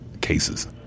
cases